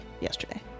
yesterday